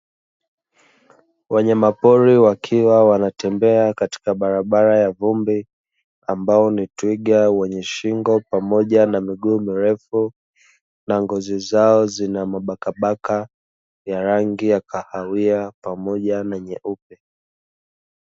Wanyama pori wakiwa wanatembea katika barabara ya vumbi, ambao ni twiga wenye shingo pamoja na miguu mirefu na ngozi zao zina mabakabaka ya rangi ya kahawia pamoja na nyeupe.